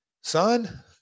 son